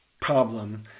problem